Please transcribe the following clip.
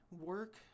work